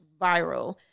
viral